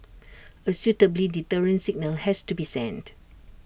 A suitably deterrent signal has to be sent